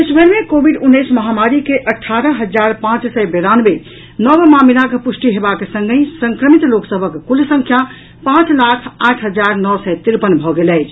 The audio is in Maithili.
देशभरि मे कोविड उन्नैस महामारी के अठारह हजार पांच सय बेरानवे नव मामिलाक पुष्टि हेबाक संगहि संक्रमित लोक सभक कुल संख्या पांच लाख आठ हजार नओ सय तिरपन भऽ गेल अछि